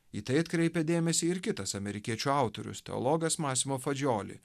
į tai atkreipia dėmesį ir kitas amerikiečių autorius teologas masimo fadžioli